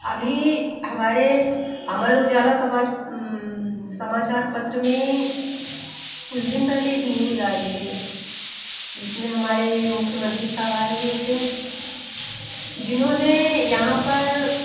अभी हमारे अमर उजाला समाज समाचार पत्र में कुछ दिन पहले एक न्यूज़ आई थी जिसमें हमारे मुख्यमंत्री साहब आए हुए थे जिन्होंने यहाँ पर